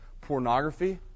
pornography